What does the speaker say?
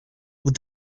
with